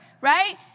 right